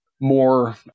more